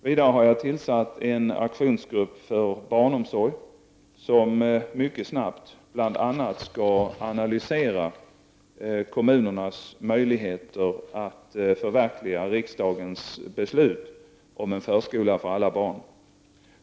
Vidare har jag tillsatt en aktionsgrupp för barnomsorg, som mycket snabbt bl.a. skall analysera kommunernas möjligheter att förverkliga riksdagens beslut om en förskola för alla barn.